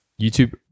YouTube